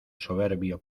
soberbio